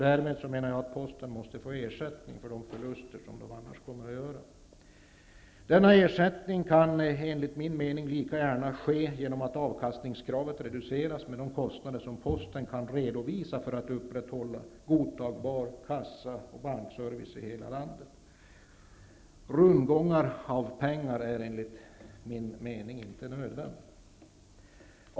Därför måste posten få ersättning för de förluster som annars kommer att göras. Denna ersättning kan enligt min mening lika gärna ske genom att avkastningskravet reduceras med de kostnader som posten kan redovisa för att upprätthålla en godtagbar kassaoch bankservice i hela landet. Rundgång av pengar är inte nödvändig.